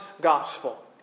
gospel